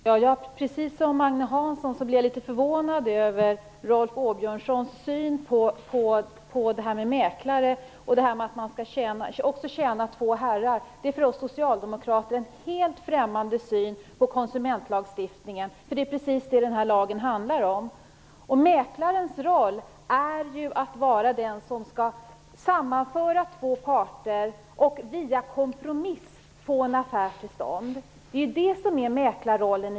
Fru talman! Precis som Agne Hansson blev jag litet förvånad över Rolf Åbjörnssons syn på mäklare och på att tjäna två herrar. Det är för oss socialdemokrater en helt främmande syn på konsumentlagstiftningen. Det är precis det lagen handlar om. Mäklarens roll är ju att vara den som skall sammanföra två parter och via kompromiss få en affär till stånd. Det är det som är mäklarrollen.